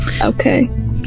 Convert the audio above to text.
Okay